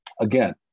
Again